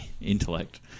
intellect